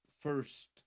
first